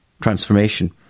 transformation